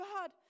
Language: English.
God